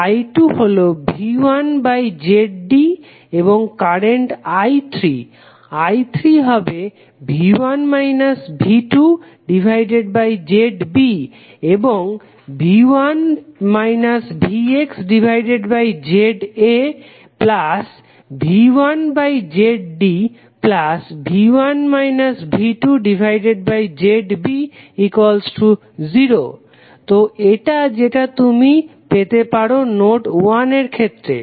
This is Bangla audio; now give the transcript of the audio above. I2 হলো V1ZD এবং কারেন্ট I3 I3 হবে V1 V2ZB এবং V1 VxZAV1ZDV1 V2ZB0 তো এটা যেটা তুমি পেতে পারো নোড 1 এর ক্ষেত্রে